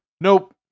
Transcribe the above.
Nope